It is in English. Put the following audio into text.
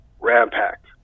Ram-packed